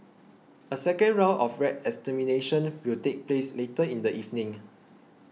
a second round of rat extermination will take place later in the evening